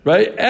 Right